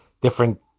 different